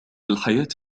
الحياة